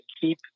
keep